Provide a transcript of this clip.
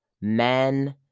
men